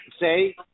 say